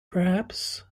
perhaps